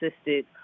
assisted